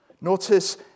Notice